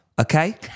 okay